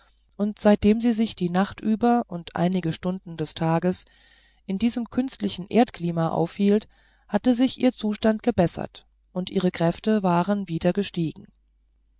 und seitdem sie sich die nacht über und einige stunden des tages in diesem künstlichen erdklima aufhielt hatte sich ihr zustand gebessert und ihre kräfte waren wieder